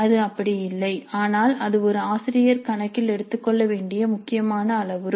அது அப்படி இல்லை ஆனால் அது ஒரு ஆசிரியர் கணக்கில் எடுத்துக்கொள்ள வேண்டிய முக்கியமான அளவுரு